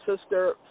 Sister